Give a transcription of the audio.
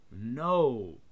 No